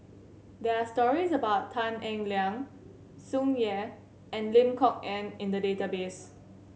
there are stories about Tan Eng Liang Tsung Yeh and Lim Kok Ann in the database